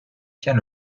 tient